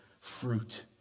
fruit